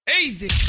Easy